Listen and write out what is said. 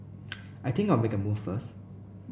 I think I'll make a move first